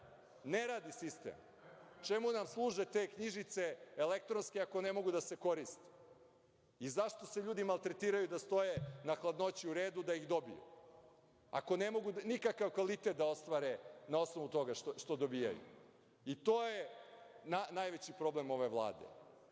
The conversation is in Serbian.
Ne radi sistem. Čemu nam služe te knjižice elektronske ako ne mogu da se koriste i zašto se ljudi maltretiraju da stoje na hladnoći u redu da ih dobiju, ako ne mogu nikakav kvalitet da ostvare na osnovu toga što dobijaju? To je najveći problem ove